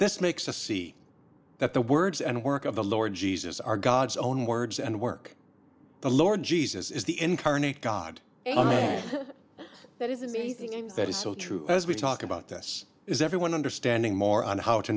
this makes us see that the words and work of the lord jesus are god's own words and work the lord jesus is the incarnate god that is amazing and that is so true as we talk about this is everyone understanding more on how to